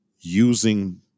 using